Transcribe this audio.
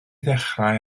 ddechrau